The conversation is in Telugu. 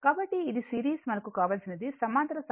కాబట్టి ఇది సిరీస్ మనకు కావలసినది సమాంతర సమానం